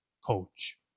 coach